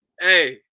hey